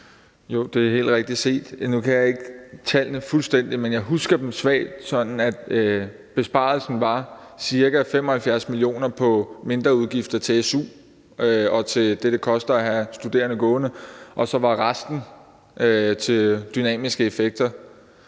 Jo, det er helt rigtigt set. Nu kan jeg ikke tallene fuldstændig, men jeg husker dem svagt sådan, at besparelsen var ca. 75 mio. kr. på mindre udgifter til su og til det, det koster at have studerende gående, og så var resten på dynamiske effekter.